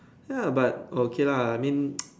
ya but okay lah I mean